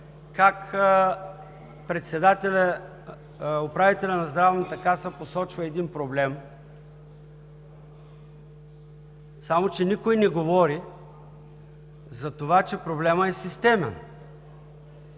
как управителят на Здравната каса посочва един проблем, само че никой не говори за това, че проблемът е системен.